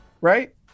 right